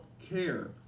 care